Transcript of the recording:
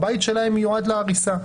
הבית שלהם מיועד להריסה,